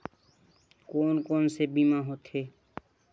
कोन कोन से बीमा होथे?